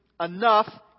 enough